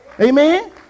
Amen